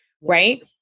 right